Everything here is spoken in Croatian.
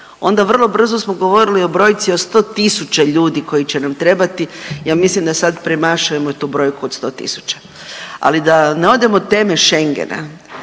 onda vrlo brzo smo govorili o brojci o 100 tisuća ljudi koji će nam trebati i ja mislim da sad premašujemo tu brojku od 100 tisuća. Ali da ne odem od teme Schengena,